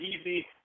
easy